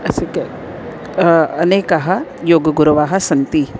अस्ति अनेकाः योगगुरवः सन्ति